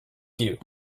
you